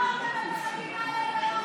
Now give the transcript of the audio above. מה בוער?